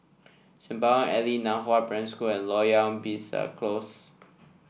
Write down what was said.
Sembawang Alley Nan Hua Primary School and Loyang Besar Close